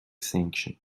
sanction